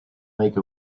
make